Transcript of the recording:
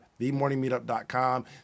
themorningmeetup.com